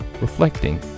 reflecting